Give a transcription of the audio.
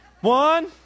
one